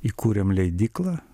įkūrėm leidyklą